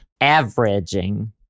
Averaging